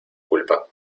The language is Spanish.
culpa